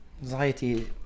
Anxiety